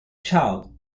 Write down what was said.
child